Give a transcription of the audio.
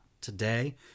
today